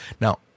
Now